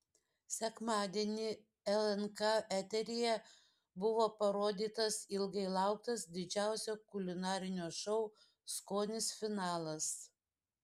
sekmadienį lnk eteryje buvo parodytas ilgai lauktas didžiausio kulinarinio šou skonis finalas